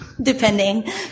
depending